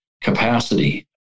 capacity